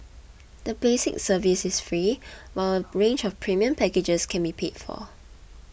the basic service is free while a range of premium packages can be paid for